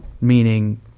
Meaning